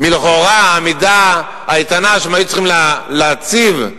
מלכאורה העמידה האיתנה שהם היו צריכים להציב,